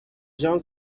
جان